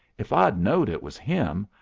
if i'd knowed it was him,